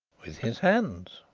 with his hands.